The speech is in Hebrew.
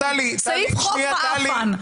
סעיף חוק "מעאפן".